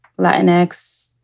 Latinx